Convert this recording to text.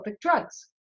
drugs